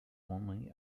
only